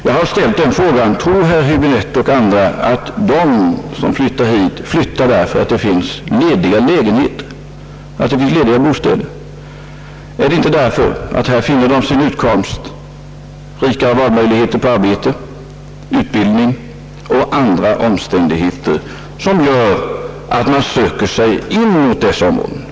Jag har förut ställt denna fråga: Tror herr Häbinette, och även andra personer, att de som flyttat hit gör det därför att det finns lediga bostäder här? Flyttar de inte hit därför att de har lättare att finna sin utkomst här, får rikare valmöjligheter i fråga om arbete och utbildning? Det kan också vara andra omständigheter som gör att man söker sig in mot tättbefolkade områden.